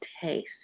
taste